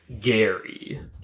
Gary